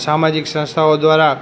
સામાજિક સંસ્થાઓ દ્વારા